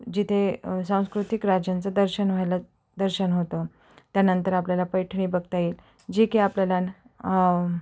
जिथे सांस्कृतिक राज्यांचं दर्शन व्हायलं दर्शन होतं त्यानंतर आपल्याला पैठणी बघता येईल जे की आपल्याला